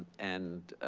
and